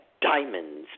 diamonds